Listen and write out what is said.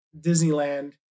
Disneyland